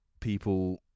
people